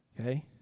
okay